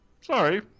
sorry